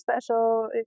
special